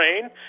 rain